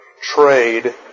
Trade